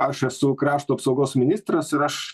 aš esu krašto apsaugos ministras ir aš